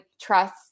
trust